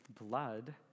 blood